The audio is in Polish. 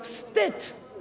Wstyd!